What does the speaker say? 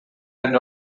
end